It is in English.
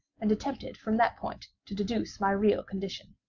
and attempted from that point to deduce my real condition.